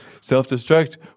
self-destruct